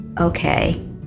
okay